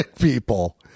people